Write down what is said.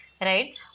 right